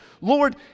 Lord